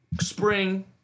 spring